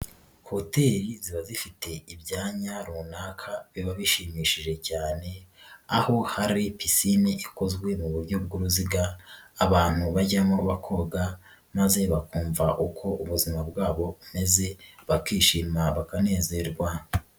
Hoteli ziba zifite ibyanya runaka biba bishimishije cyane aho hari pisine ikozwe mu buryo bw'uruziga abantu bajyamo bakoga maze bakumva uko ubuzima bwabo bumeze bakishima bakanezerwa.